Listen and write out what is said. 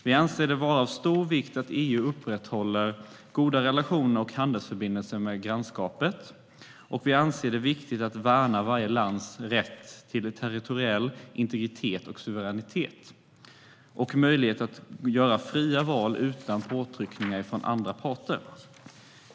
Vi anser det vara av stor vikt att EU upprätthåller goda relationer och handelsförbindelser med grannskapet, och vi anser det viktigt att värna varje lands rätt till territoriell integritet och suveränitet och möjlighet att göra fria val utan påtryckningar från andra parter.